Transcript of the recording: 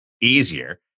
easier